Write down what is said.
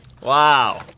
Wow